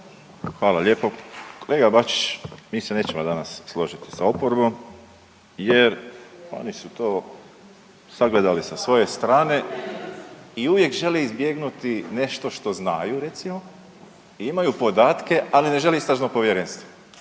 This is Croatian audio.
Josip (HDZ)** Kolega Bačić, mi se nećemo danas složiti sa oporbom jer oni su to sagledali sa svoje strane i uvijek žele izbjegnuti nešto što znaju recimo i imaju podatke, ali ne žele istražno povjerenstvo.